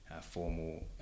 formal